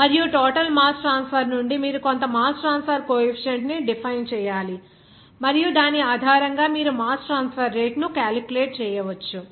మరియు total mass transfer నుండి మీరు కొంత మాస్ ట్రాన్స్ఫర్ కోఎఫీసియంట్ ని డిఫైన్ చేయాలి మరియు దాని ఆధారంగా మీరు మాస్ ట్రాన్స్ఫర్ రేటును క్యాలిక్యులేట్ చేయవచ్చు